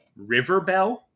Riverbell